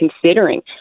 considering